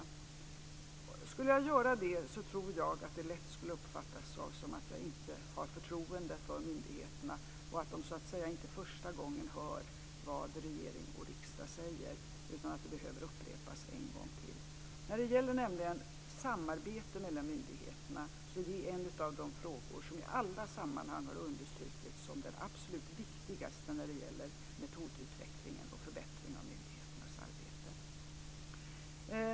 Skulle jag göra det tror jag att det lätt skulle uppfattas som att jag inte har förtroende för myndigheterna, att de så att säga inte hör första gången vad regering och riksdag säger utan att det behöver upprepas en gång till. Samarbete mellan myndigheter är nämligen en av de frågor som i alla sammanhang har understrukits som de absolut viktigaste när det gäller metodutveckling och förbättring av myndigheternas arbete.